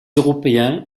européens